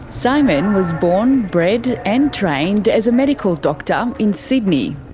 simon was born, bred and trained as a medical doctor in sydney.